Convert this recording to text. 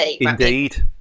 indeed